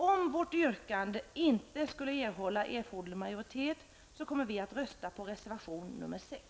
Om vårt yrkande inte skulle erhålla erforderlig majoritet, kommer vi att rösta på reservation nr 6.